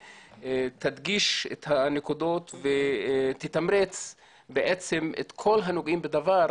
תדגיש את הנקודות ותתמרץ בעצם את כל הנוגעים בדבר